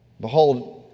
Behold